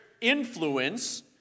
influence—